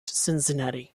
cincinnati